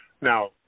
Now